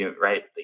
right